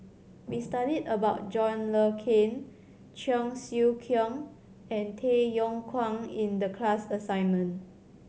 we studied about John Le Cain Cheong Siew Keong and Tay Yong Kwang in the class assignment